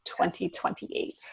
2028